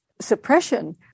suppression